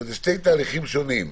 אלה שני תהליכים שונים.